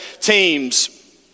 teams